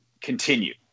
continue